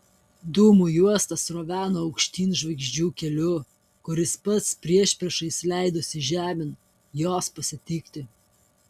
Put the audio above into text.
dūmų juosta sroveno aukštyn žvaigždžių keliu kuris pats priešpriešiais leidosi žemėn jos pasitikti